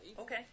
Okay